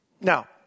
Now